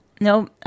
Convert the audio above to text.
no